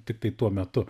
tiktai tuo metu